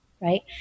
right